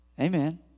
Amen